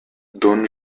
don